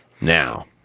Now